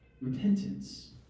Repentance